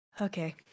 Okay